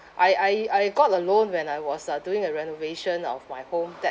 I I I got a loan when I was uh doing a renovation of my home that